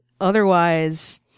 otherwise